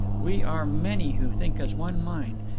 we are many who think as one mind.